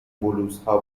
بلوزها